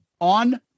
on